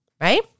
right